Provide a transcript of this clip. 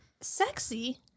sexy